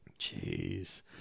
Jeez